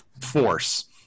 force